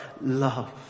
love